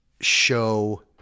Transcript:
show